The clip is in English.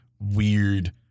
weird